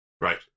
Right